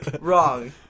wrong